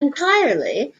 entirely